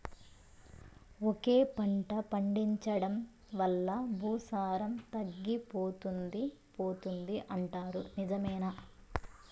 ఒకే పంట పండించడం వల్ల భూసారం తగ్గిపోతుంది పోతుంది అంటారు నిజమేనా